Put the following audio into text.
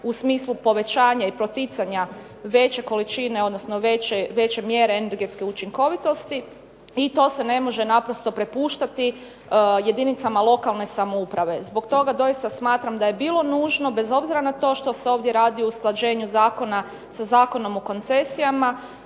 u smislu povećanja i poticanja veće količini odnosno veće mjere energetske učinkovitosti i to se ne može naprosto prepuštati jedinicama lokalne samouprave. Zbog toga doista smatram da je bilo nužno, bez obzira na to što se ovdje radi o usklađenju zakona sa Zakonom o koncesijama,